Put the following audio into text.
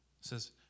says